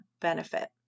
benefit